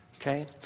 Okay